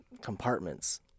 compartments